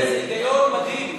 איזה היגיון מדהים.